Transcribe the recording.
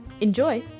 Enjoy